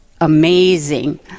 amazing